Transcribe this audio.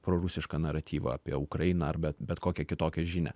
prorusišką naratyvą apie ukrainą ar bet bet kokią kitokią žinią